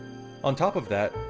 on top of that,